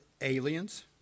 aliens